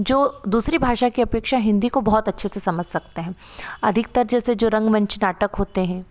जो दूसरी भाषा के अपेक्षा हिन्दी को बहुत अच्छे से समझ सकते हैं अधिकतर जैसे जो रंगमंच नाटक होते हैं